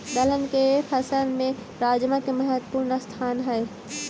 दलहन के फसल में राजमा के महत्वपूर्ण स्थान हइ